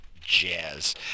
jazz